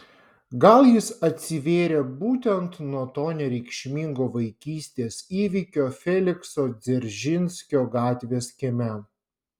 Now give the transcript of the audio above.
gal jis atsivėrė būtent nuo to nereikšmingo vaikystės įvykio felikso dzeržinskio gatvės kieme